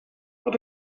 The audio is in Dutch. wat